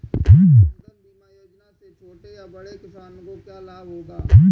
पशुधन बीमा योजना से छोटे या बड़े किसानों को क्या लाभ होगा?